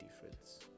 difference